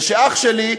ושאח שלי,